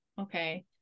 okay